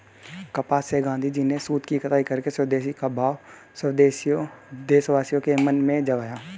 कपास से गाँधीजी ने सूत की कताई करके स्वदेशी का भाव देशवासियों के मन में जगाया